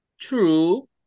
True